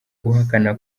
uhakana